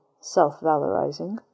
self-valorizing